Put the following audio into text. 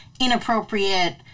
inappropriate